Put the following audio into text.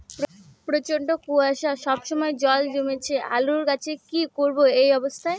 প্রচন্ড কুয়াশা সবসময় জল জমছে আলুর গাছে কি করব এই অবস্থায়?